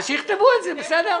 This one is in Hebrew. אז שיכתבו את זה, בסדר?